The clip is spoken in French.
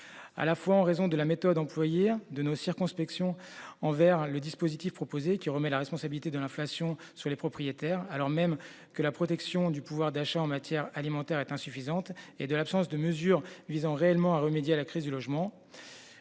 À la fois en raison de la méthode employée, de nos réserves envers le dispositif proposé, qui charge les propriétaires de la responsabilité de l'inflation, alors même que la protection du pouvoir d'achat en matière alimentaire est insuffisante, et de l'absence de mesures visant réellement à remédier à la crise du logement,